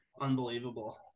Unbelievable